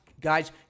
guys